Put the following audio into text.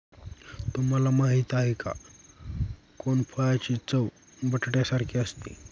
तुम्हाला माहिती आहे का? कोनफळाची चव बटाट्यासारखी असते